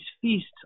feasts